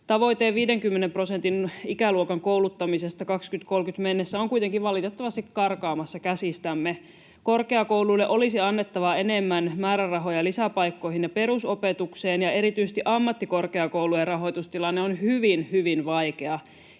Tavoite 50 prosentin ikäluokan kouluttamisesta vuoteen 2030 mennessä on kuitenkin valitettavasti karkaamassa käsistämme. Korkeakouluille olisi annettava enemmän määrärahoja lisäpaikkoihin ja perusopetukseen, ja erityisesti ammattikorkeakoulujen rahoitustilanne on hyvin,